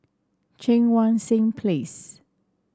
Cheang Wan Seng Place